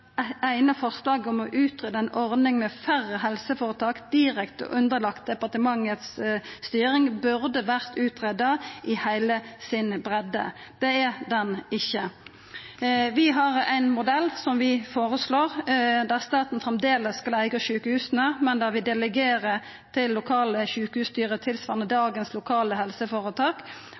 ei ordning med færre helseføretak direkte underlagde styring frå departementet, burde vore utgreidd i heile si breidde. Det er det ikkje. Vi føreslår ein modell der staten framleis skal eiga sjukehusa, men der vi delegerer til lokale sjukehusstyre, tilsvarande dagens lokale helseføretak,